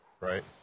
right